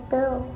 Bill